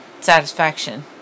satisfaction